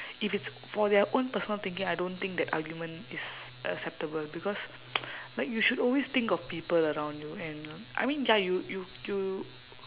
if it's for their own personal thinking I don't think that argument is acceptable because like you should always think of people around you and I mean ya you you you